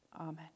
Amen